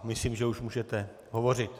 Myslím, že už můžete hovořit.